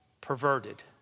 perverted